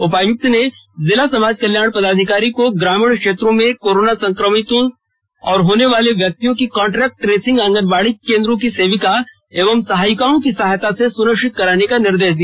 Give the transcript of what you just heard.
उपायुक्त ने जिला समाज कल्याण पदाधिकारी को ग्रामीण क्षेत्रों में कोरोना संक्रमित होने वाले व्यक्तियों की कॉन्टैक्ट ट्रेसिंग आंगनबाड़ी केंद्रों की सेविका एवं सहायिकाओं की सहायता से सुनिश्चित करने का निर्देश दिया